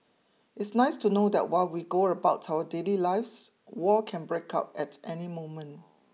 it's nice to know that while we go about our daily lives war can break out at any moment